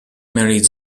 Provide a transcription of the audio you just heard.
married